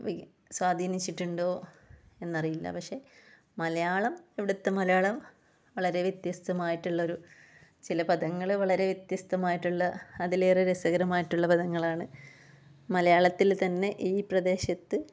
V സ്വാധീനിച്ചിട്ടുണ്ടോ എന്നറിയില്ല പക്ഷേ മലയാളം ഇവിടുത്തെ മലയാളം വളരെ വ്യത്യസ്തമായിട്ടുള്ളൊര് ചില പദങ്ങള് വളരെ വ്യത്യസ്തമായിട്ടുള്ള അതിലേറെ രസകരമായിട്ടുള്ള പദങ്ങളാണ് മലയാളത്തിൽ തന്നെ ഈ പ്രദേശത്ത്